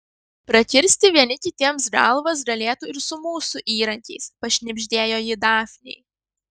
prakirsti vieni kitiems galvas galėtų ir su mūsų įrankiais pašnibždėjo ji dafnei